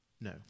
No